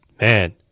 man